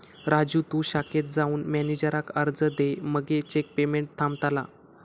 राजू तु शाखेत जाऊन मॅनेजराक अर्ज दे मगे चेक पेमेंट थांबतला